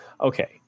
okay